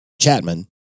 Chapman